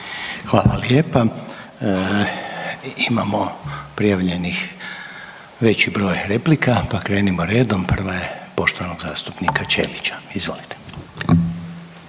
Hvala lijepa. Imamo prijavljeni veći broj replika, pa krenimo redom. Prva je poštovanog zastupnika Ćelića. Izvolite.